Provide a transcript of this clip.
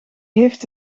heeft